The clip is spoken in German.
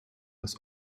das